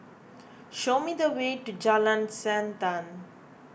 show me the way to Jalan Siantan